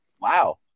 Wow